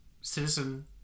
citizen